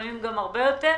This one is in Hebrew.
לפעמים גם הרבה יותר.